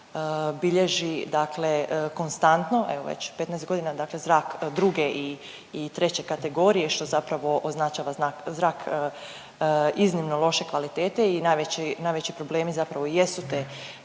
bilježi dakle konstantno evo već 15.g. dakle zrak druge i treće kategorije, što zapravo označava zrak iznimno loše kvalitete i najveći, najveći problemi zapravo i jesu te